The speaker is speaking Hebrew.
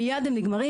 מיד הם נגמרים,